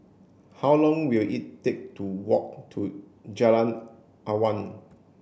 how long will it take to walk to Jalan Awan